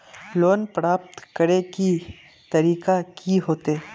Loan प्राप्त करे के तरीका की होते?